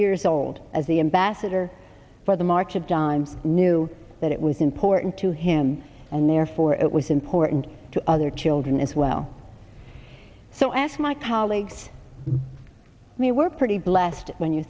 years old as the ambassador for the march of dimes knew that it was important to him and therefore it was important to other children as well so i ask my colleagues i mean we're pretty blessed when you